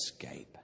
escape